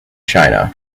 china